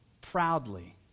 proudly